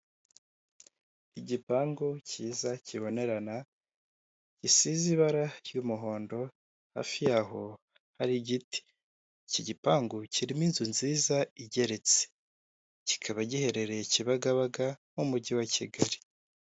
Igipangu cyiza kibonerana gisize ibara ry'umuhondo hafi yaho hari igiti, iki gipangu kirimo inzu nziza igeretse, kikaba giherereye i Kibagabaga m'Umujyi wa Kigali.